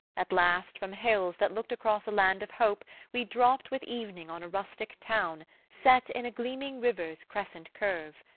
at last from hills, that looked across a land of hope, we dropt with evening on a rustic town set in a gleaming river's crescent-curve,